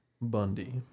Bundy